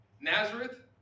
Nazareth